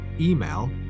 email